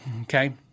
Okay